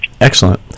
Excellent